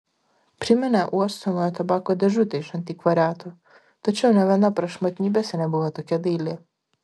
priminė uostomojo tabako dėžutę iš antikvariato tačiau nė viena prašmatnybėse nebuvo tokia daili